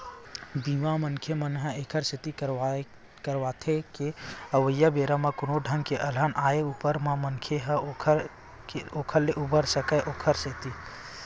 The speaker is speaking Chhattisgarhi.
बीमा, मनखे मन ऐखर सेती करवाथे के अवइया बेरा म कोनो ढंग ले अलहन आय ऊपर म मनखे ह ओखर ले उबरे सकय ओखर सेती